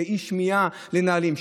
אי-שמיעה לנהלים.